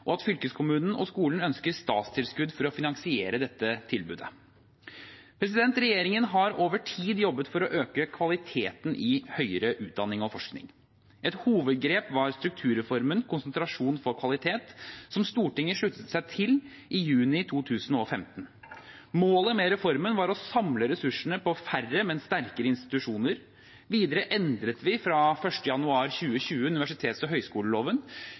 og at fylkeskommunen og skolen ønsker statstilskudd for å finansiere dette tilbudet. Regjeringen har over tid jobbet for å øke kvaliteten i høyere utdanning og forskning. Et hovedgrep var strukturreformen Konsentrasjon for kvalitet, som Stortinget sluttet seg til i juni 2015. Målet med reformen var å samle ressursene på færre, men sterkere institusjoner. Videre endret vi fra 1. januar 2020 universitets- og høyskoleloven,